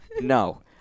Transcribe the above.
No